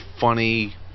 funny